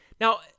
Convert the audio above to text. Now